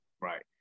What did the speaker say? right